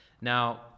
Now